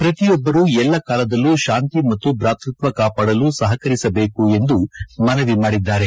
ಪ್ರತಿಯೊಬ್ಬರು ಎಲ್ಲ ಕಾಲದಲ್ಲಿ ಶಾಂತಿ ಮತ್ತು ಭ್ರಾತೃತ್ವ ಕಾಪಾಡಲು ಸಹಕರಿಸಬೇಕು ಎಂದು ಮನವಿ ಮಾಡಿದ್ದಾರೆ